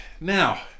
Now